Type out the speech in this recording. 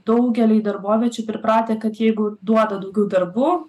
daugely darboviečių pripratę kad jeigu duoda daugiau darbų